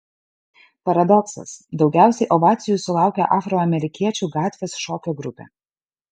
paradoksas daugiausiai ovacijų sulaukė afroamerikiečių gatvės šokio grupė